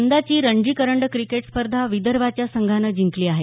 यंदाची रणजी करंडक क्रिकेट स्पर्धा विदर्भाच्या संघानं जिंकली आहे